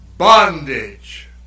bondage